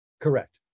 Correct